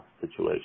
situation